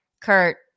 Kurt